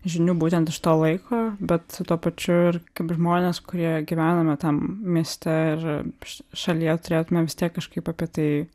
žinių būtent iš to laiko bet tuo pačiu ir kaip žmonės kurie gyvename tam mieste ir š šalyje turėtumėm vis tiek kažkaip apie tai